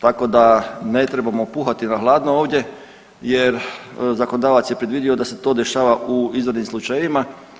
Tako da ne trebamo puhati na hladno ovdje jer zakonodavac je predvidio da se to dešava u izvanrednim slučajevima.